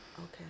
Okay